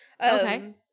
Okay